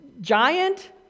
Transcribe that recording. giant